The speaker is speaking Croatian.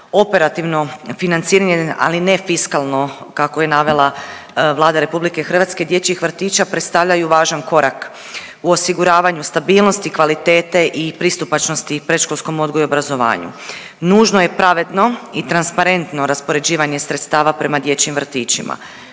Operativno financiranje, ali ne fiskalno, kako je navela Vlada RH, dječjih vrtića predstavljaju važan korak u osiguravanju stabilnosti, kvalitete i pristupačnosti predškolskom odgoju i obrazovanju. Nužno je pravedno i transparentno raspoređivanje sredstava prema dječjim vrtićima,